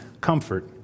comfort